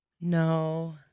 No